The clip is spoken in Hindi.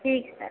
ठीक सर